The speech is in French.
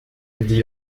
dit